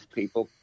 people